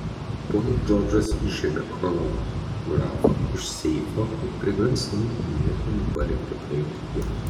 ponas džordžas išėmė chronografą iš seifo ir prigrasino nieko nepalikti praeityje